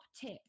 tip